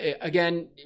again